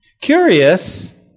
Curious